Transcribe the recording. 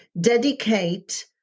dedicate